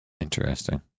Interesting